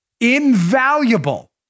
invaluable